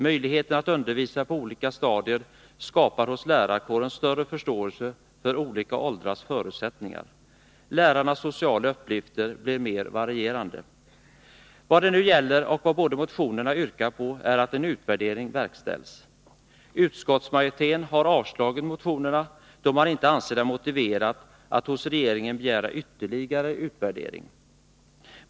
Möjligheten att undervisa på olika stadier skapar hos lärarkåren större förståelse för olika åldrars förutsättningar. Lärarnas sociala uppgifter blir mer varierande. Vad det nu gäller och vad de båda motionerna yrkar på är att en utvärdering verkställs. Utskottets majoritet har avstyrkt motionerna då man inte anser det motiverat att hos regeringen begära ytterligare utvärdering.